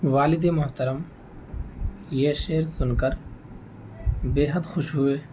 والد محترم یہ شعر سن کر بےحد خوش ہوئے